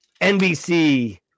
NBC